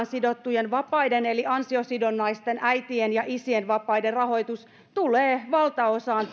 sidottujen vapaiden eli ansiosidonnaisten äitien ja isien vapaiden rahoitus tulee valtaosaan